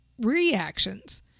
reactions